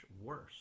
worse